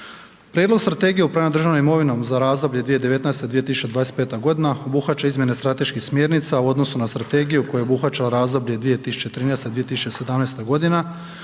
Prijedlog Strategije upravljanja državnom imovinom za razdoblje 2019. – 2025. g. obuhvaća izmjene strateških smjernica u odnosu na strategiju koje je obuhvaćalo razdoblje 2013. – 2017. g.